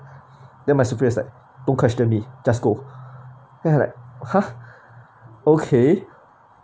then my superiors like no question me just go there and I like !huh! okay